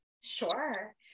Sure